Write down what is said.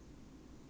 好像